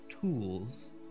tools